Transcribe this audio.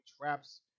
traps